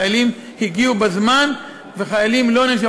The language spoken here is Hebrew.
חיילים הגיעו בזמן וחיילים לא נענשו.